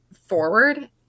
forward